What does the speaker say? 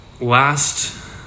Last